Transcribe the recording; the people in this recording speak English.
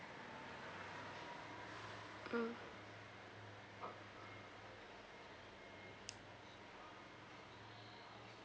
mm